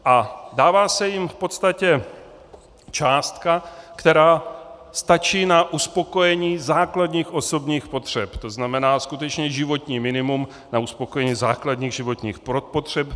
A dává se jim v podstatě částka, která stačí na uspokojení základních osobních potřeb, tzn. skutečně životní minimum na uspokojení základních životních potřeb.